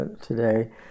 today